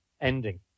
ending